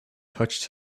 touched